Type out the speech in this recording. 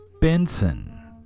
Benson